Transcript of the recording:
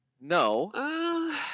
No